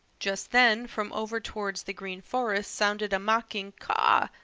just then from over towards the green forest sounded a mocking caw,